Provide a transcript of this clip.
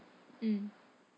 mm